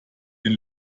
den